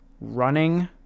running